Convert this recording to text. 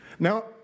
Now